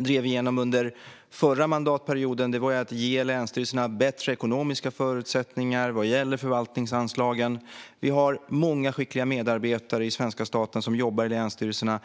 drev igenom under förra mandatperioden var att ge länsstyrelserna bättre ekonomiska förutsättningar beträffande förvaltningsanslagen. Vi har i svenska staten många skickliga medarbetare som jobbar i länsstyrelserna.